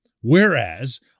Whereas